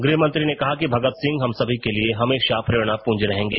गुहमंत्री ने कहा कि भगत सिंह हम सभी के लिए हमेशा प्रेरणापुंज रहेंगे